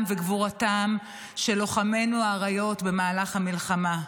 וגבורתם של לוחמינו האריות במהלך המלחמה.